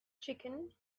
chicken